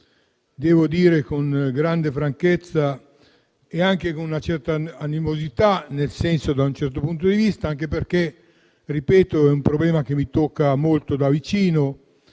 devo dirlo con grande franchezza - anche con una certa animosità da un certo punto di vista, anche perché è un problema che mi tocca molto da vicino.